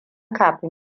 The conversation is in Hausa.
kafin